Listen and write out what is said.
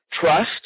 Trust